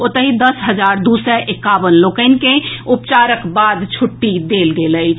ओतहि दस हजार दू सय एकावन लोकनि के उपचारक बाद छुट्टी देल गेल अछि